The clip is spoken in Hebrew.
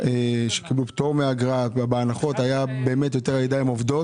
שקיבלו פטור מאגרה היו יותר ידיים עובדות?